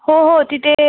हो हो तिथे